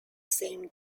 same